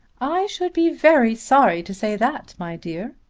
i should be very sorry to say that, my dear.